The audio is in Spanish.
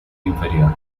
inferior